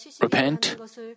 repent